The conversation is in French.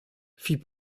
fit